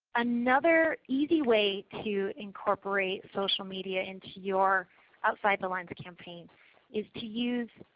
another easy way to incorporate social media into your outside the lines campaign is to use,